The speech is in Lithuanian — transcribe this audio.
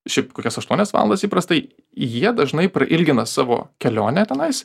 šiaip kokias aštuonias valandas įprastai jie dažnai prailgina savo kelionę tenais